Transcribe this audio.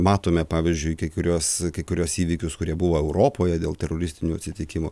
matome pavyzdžiui kai kuriuos kai kuriuos įvykius kurie buvo europoje dėl teroristinių atsitikimų